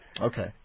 Okay